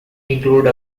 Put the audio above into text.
include